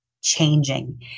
changing